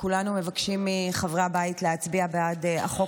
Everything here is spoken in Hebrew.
כולנו מבקשים מחברי הבית להצביע בעד החוק